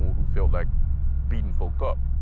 who felt like beating folk up.